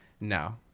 no